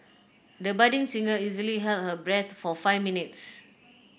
the budding singer easily held her breath for five minutes